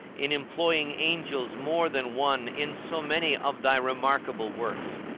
in employing angels more than one in so many of thy remarkable works.